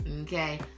Okay